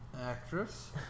Actress